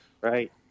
Right